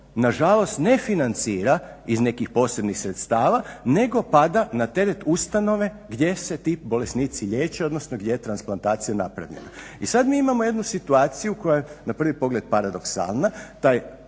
nažalost ne financira iz nekih posebnih sredstava nego pada na teret ustanove gdje se ti bolesnici liječe odnosno gdje je transplantacija napravljena. I sad mi imamo jednu situaciju koja je na prvi pogled paradoksalna,